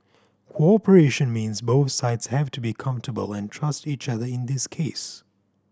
cooperation means both sides have to be comfortable and trust each other in this case